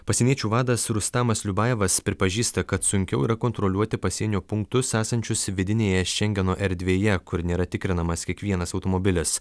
pasieniečių vadas rustamas liubajavas pripažįsta kad sunkiau yra kontroliuoti pasienio punktus esančius vidinėje šengeno erdvėje kur nėra tikrinamas kiekvienas automobilis